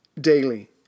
Daily